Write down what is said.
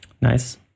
Nice